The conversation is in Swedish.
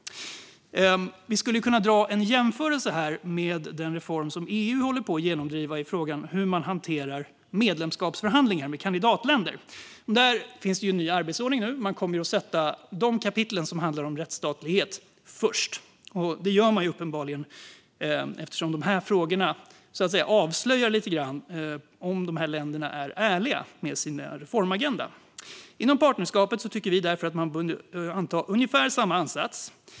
Man skulle kunna göra en jämförelse med den reform som EU håller på att genomdriva i fråga om hur man hanterar medlemskapsförhandlingar med kandidatländer. Där finns det ju nu en ny arbetsordning. Man kommer nämligen att sätta de kapitel som handlar om rättsstatlighet först. Det gör man uppenbarligen eftersom dessa frågor avslöjar om länderna är ärliga med sin reformagenda. Inom partnerskapet tycker vi därför att man borde anta ungefär samma ansats.